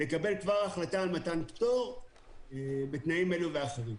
לקבל כבר החלטה על מתן פטור בתנאים אלו ואחרים.